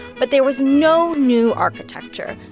but there was no new architecture.